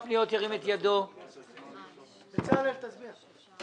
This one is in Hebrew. הפנייה נועדה להעברה של 67 מיליון ו- 23,000 שקלים לסעיף 83 לצורך